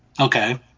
Okay